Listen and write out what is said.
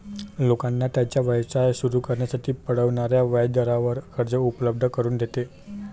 लोकांना त्यांचा व्यवसाय सुरू करण्यासाठी परवडणाऱ्या व्याजदरावर कर्ज उपलब्ध करून देते